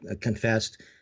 confessed